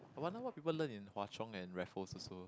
I wonder what people learn in Hwa Chong and Raffles also